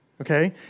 okay